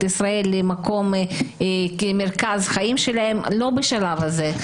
ישראל למקום שהוא מרכז החיים שלהם לא בשלב הזה,